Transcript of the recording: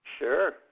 Sure